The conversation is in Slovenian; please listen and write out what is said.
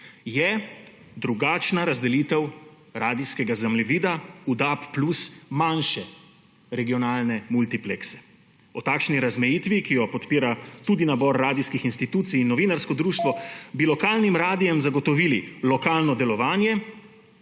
je drugačna razdelitev radijskega zemljevida v DAB+ manjše regionalne multiplekse. O takšni razmejitvi, ki jo podpira tudi nabor radijskih institucij in novinarsko društvo, bi lokalnim radiem zagotovili lokalno delovanje,